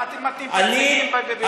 למה אתם מתנים את זה בתוכנית חינוך ישראלית?